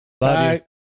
Bye